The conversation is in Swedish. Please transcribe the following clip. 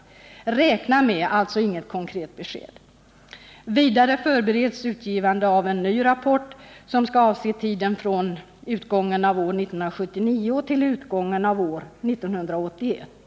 Man ”räknar med” — man ger alltså inget konkret besked. Vidare förbereds utgivandet av en ny rapport, som skall avse tiden från utgången av år 1979 till utgången av år 1981.